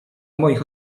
moich